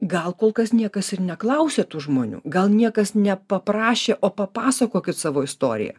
gal kol kas niekas ir neklausia tų žmonių gal niekas nepaprašė o papasakokit savo istoriją